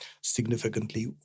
significantly